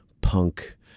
punk